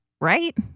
right